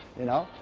you know,